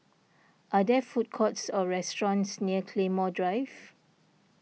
are there food courts or restaurants near Claymore Drive